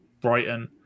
Brighton